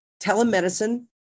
telemedicine